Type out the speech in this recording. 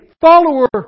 follower